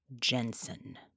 Jensen